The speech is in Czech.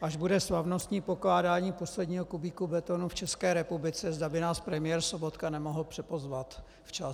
až bude slavnostní pokládání posledního kubíku betonu v České republice, zda by nás premiér Sobotka nemohl připozvat včas.